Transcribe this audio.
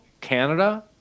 Canada